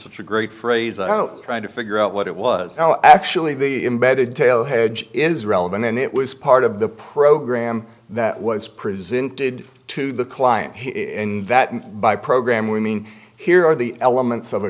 such a great phrase i trying to figure out what it was actually the embedded tale hedge is relevant and it was part of the program that was presented to the client in that and by program we mean here are the elements